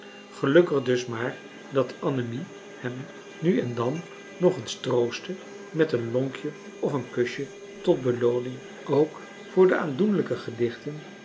gelukkig dus maar dat annemie hem nu en dan nog eens troostte met een lonkje of een kusje tot belooning ook voor de aandoenlijke gedichten